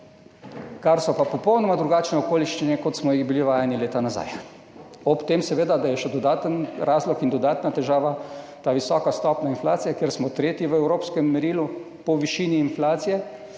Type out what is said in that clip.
kar so pa popolnoma drugačne okoliščine, kot smo jih bili vajeni leta nazaj. Ob tem, da je seveda še dodaten razlog in dodatna težava ta visoka stopnja inflacije – v evropskem merilu smo tretji po višini inflacije,